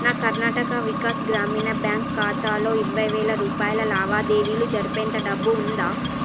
నా కర్ణాటక వికాస్ గ్రామీణ బ్యాంక్ ఖాతాలో ఇరవై వేల రూపాయల లావాదేవీ జరిపేంత డబ్బు ఉందా